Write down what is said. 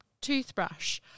toothbrush